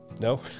No